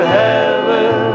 heaven